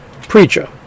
preacher